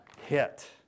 Hit